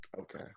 Okay